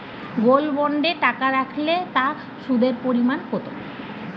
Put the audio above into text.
Gold বন্ডে টাকা রাখলে তা সুদের পরিমাণ কত?